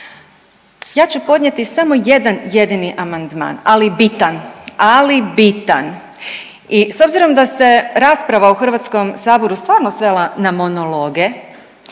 Ja ću podnijeti samo jedan jedini amandman, ali bitan, ali bitan i s obzirom da se rasprava u HS-u stvarno svela na monologe